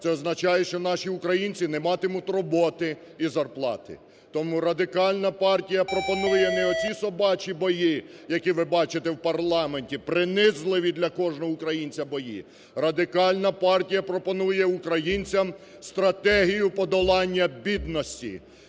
це означає, що наші українці не матимуть роботи і зарплати. Тому Радикальна партія пропонує не оці собачі бої, які ви бачите в парламенті, принизливі для кожного українця бої. Радикальна партія пропонує українцям стратегію подолання бідності.